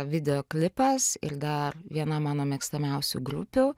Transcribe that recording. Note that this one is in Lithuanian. video klipas ir dar viena mano mėgstamiausių grupių